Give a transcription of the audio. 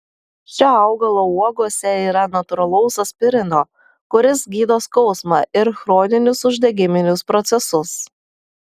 šio augalo uogose yra natūralaus aspirino kuris gydo skausmą ir chroninius uždegiminius procesus